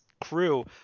crew